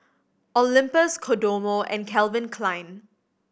Olympus Kodomo and Calvin Klein